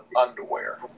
underwear